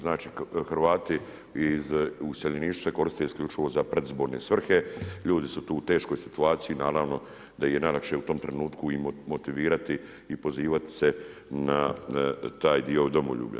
Znači Hrvati iz iseljeništva se koriste isključivo za predizborne svrhe, ljudi su tu u teškoj situaciji, naravno da im je najlakše u tom trenutku ih motivirati i pozivati se na taj dio domoljublja.